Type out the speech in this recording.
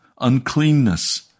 uncleanness